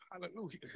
Hallelujah